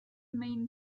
main